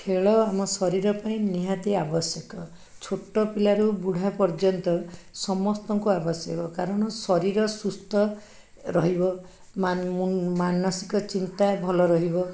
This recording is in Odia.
ଖେଳ ଆମ ଶରୀର ପାଇଁ ନିହାତି ଆବଶ୍ୟକ ଛୋଟ ପିଲାରୁ ବୁଢ଼ା ପର୍ଯ୍ୟନ୍ତ ସମସ୍ତଙ୍କୁ ଆବଶ୍ୟକ କାରଣ ଶରୀର ସୁସ୍ଥ ରହିବ ମାନସିକ ଚିନ୍ତା ଭଲ ରହିବ